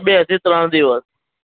બેથી ત્રણ દિવસ